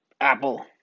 apple